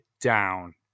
down